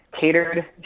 catered